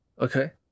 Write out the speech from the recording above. Okay